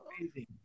amazing